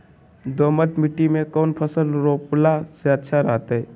दोमट मिट्टी में कौन फसल रोपला से अच्छा रहतय?